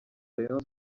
rayon